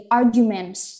arguments